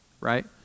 right